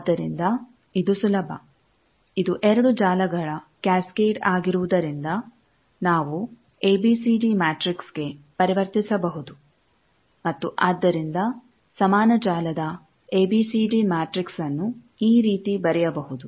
ಆದ್ದರಿಂದ ಇದು ಸುಲಭ ಇದು ಎರಡು ಜಾಲಗಳ ಕ್ಯಾಸ್ಕೇಡ್ ಆಗಿರುವುದರಿಂದ ನಾವು ಎಬಿಸಿಡಿ ಮ್ಯಾಟ್ರಿಕ್ಸ್ಗೆ ಪರಿವರ್ತಿಸಬಹುದು ಮತ್ತು ಆದ್ದರಿಂದ ಸಮಾನ ಜಾಲದ ಎಬಿಸಿಡಿ ಮ್ಯಾಟ್ರಿಕ್ಸ್ಅನ್ನು ಈ ರೀತಿ ಬರೆಯಬಹುದು